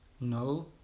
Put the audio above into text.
No